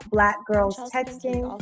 BlackGirlsTexting